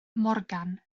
morgan